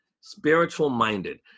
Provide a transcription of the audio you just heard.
spiritual-minded